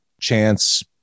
Chance